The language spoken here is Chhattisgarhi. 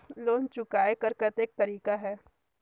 लोन चुकाय कर कतेक तरीका है?